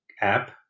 app